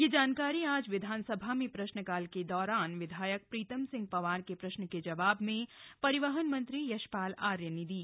यह जानकारी आज विधानसभा में प्रश्न काल के दौरान विधायक प्रीतम सिंह पंवार के प्रश्न के जवाब में परिवहन मंत्री यशपाल आर्य ने दी